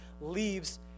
leaves